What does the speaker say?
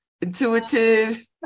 Intuitive